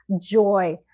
joy